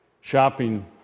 Shopping